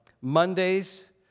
Mondays